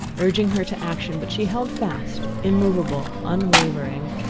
urging her to action but she held fast, immovable, unwavering,